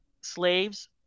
slaves